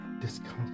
Discomfort